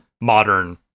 modern